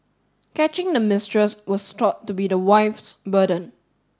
catching the mistress was thought to be the wife's burden